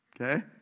okay